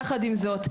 יחד עם זאת,